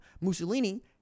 Mussolini